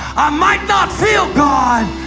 i might not feel god,